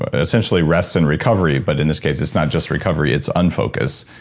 ah essentially rest and recovery but in this case it's not just recovery, it's unfocus.